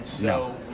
No